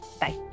bye